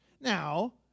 Now